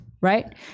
right